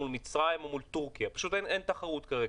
מול מצרים ומול תורכיה כי פשוט אין תחרות כרגע.